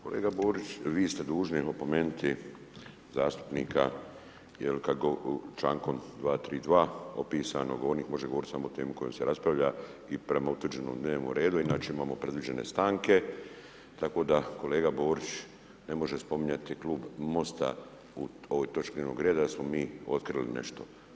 Kolega Borić, vi ste dužni opomenuti zastupnika člankom 232. opisanog u onom da može govoriti samo o temi koja se raspravlja i prema utvrđenom dnevnom redu inače imamo predviđene stanke, tako da kolega Borić ne može spominjati klub MOST-a u ovoj točki dnevnog reda jer smo mi otkrili nešto.